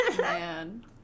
man